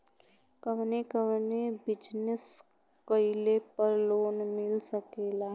कवने कवने बिजनेस कइले पर लोन मिल सकेला?